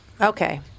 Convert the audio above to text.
Okay